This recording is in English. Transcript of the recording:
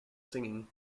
singing